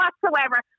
whatsoever